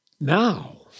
Now